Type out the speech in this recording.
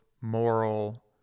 moral